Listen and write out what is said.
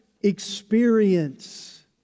experience